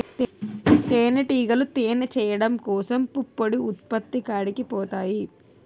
తేనిటీగలు తేనె చేయడం కోసం పుప్పొడి ఉత్పత్తి కాడికి పోతాయి